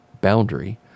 boundary